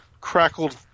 crackled